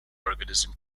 organism